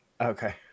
Okay